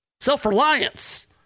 self-reliance